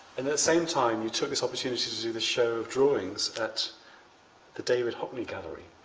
and the the same time, you took this opportunity to do the show of drawings at the david hockney gallery,